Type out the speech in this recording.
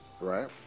Right